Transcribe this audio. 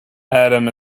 adam